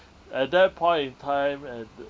at that point in time and